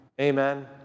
Amen